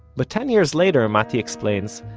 but ten years later, matti explains,